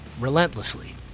relentlessly